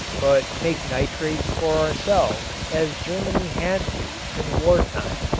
but make nitrates for ourselves as germany had to in war time.